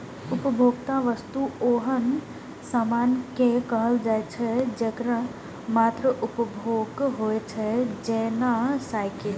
उपभोक्ता वस्तु ओहन सामान कें कहल जाइ छै, जेकर मात्र उपभोग होइ छै, जेना साइकिल